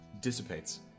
dissipates